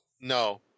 No